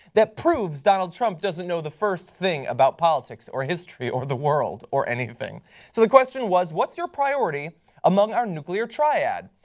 that proves donald trump doesn't know the first thing about. politics, or history, or the world, or anything. so the question was what's your priority among our nuclear triad?